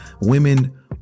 Women